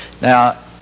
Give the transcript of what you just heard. Now